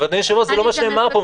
אדוני היושב-ראש, זה לא מה שנאמר פה.